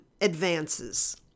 advances